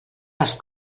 les